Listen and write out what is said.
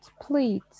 please